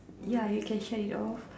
ya you can shed it off